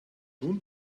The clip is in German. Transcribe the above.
nun